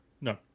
No